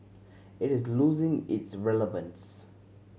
it is losing its relevance